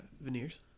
veneers